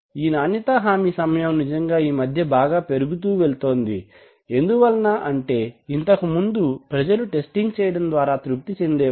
ఈ నాణ్యతా హామీ సమయం నిజంగా ఈ మధ్య బాగా పెరుగుతూ వెళ్తోంది ఎందు వలన అంటే ఇంతకుముందు ప్రజలు టెస్టింగ్ చేయడం ద్వారా తృప్తీ చెందేవారు